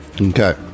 Okay